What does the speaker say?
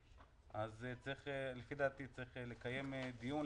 אז לפי דעתי צריך לקיים דיון.